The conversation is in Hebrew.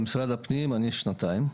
במשרד הפנים אני שנתיים.